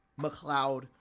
McLeod